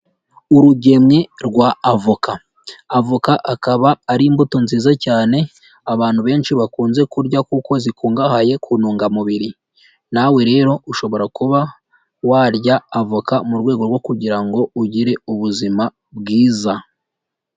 Urugemwe rwa avoka, avoka akaba ari imbuto nziza cyane, abantu benshi bakunze kurya kuko zikungahaye ku ntungamubiri, nawe rero ushobora kuba warya avoka mu rwego rwo kugira ngo ugire ubuzima bwiza.